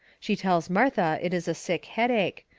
she tells martha it is a sick headache,